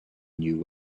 new